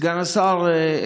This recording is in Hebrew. סגן השר,